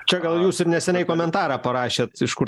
čia gal jūs ir neseniai komentarą parašėt iš kur